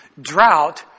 drought